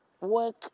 work